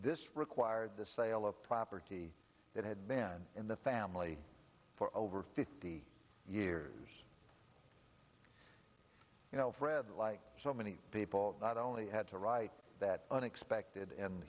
this required the sale of property that had been in the family for over fifty years fred like so many people not only had to write that unexpected and